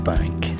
Bank